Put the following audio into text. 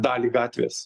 dalį gatvės